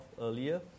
earlier